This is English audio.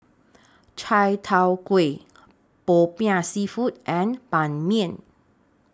Chai Tow Kway Popiah Seafood and Ban Mian